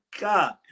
God